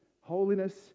holiness